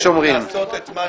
ביקש.